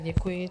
Děkuji.